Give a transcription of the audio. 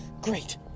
Great